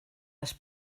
les